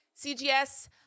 cgs